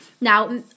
Now